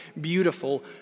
beautiful